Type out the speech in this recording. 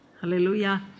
Hallelujah